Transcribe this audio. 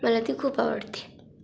मला ती खूप आवडते